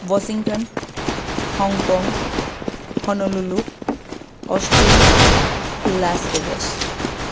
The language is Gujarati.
Washington Hong Kong Honolulu Austin Las Vegas